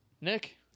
Nick